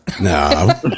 No